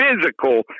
physical